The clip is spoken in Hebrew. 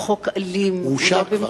הוא חוק אלים, הוא כבר אושר.